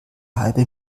halbe